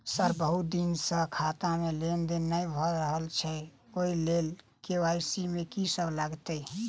Sir बहुत दिन सऽ खाता मे लेनदेन नै भऽ रहल छैय ओई लेल के.वाई.सी मे की सब लागति ई?